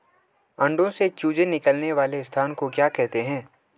अंडों से चूजे निकलने वाले स्थान को क्या कहते हैं?